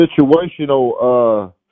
situational